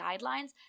guidelines